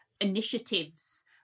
initiatives